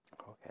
Okay